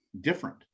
different